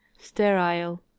sterile